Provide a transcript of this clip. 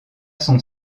son